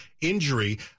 injury